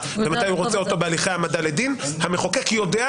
ולמעשה נתן הוראה למשטרה אגב,